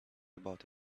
about